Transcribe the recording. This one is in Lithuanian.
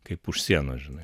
kaip už sienos žinai